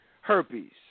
herpes